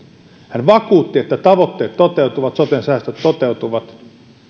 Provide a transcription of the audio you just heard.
hän vakuutti että tavoitteet toteutuvat soten säästöt toteutuvat